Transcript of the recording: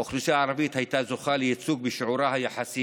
האוכלוסייה הערבית הייתה זוכה לייצוג בשיעורה היחסי